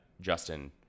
justin